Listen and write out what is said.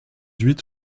huit